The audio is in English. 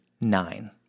Nine